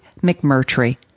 McMurtry